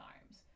times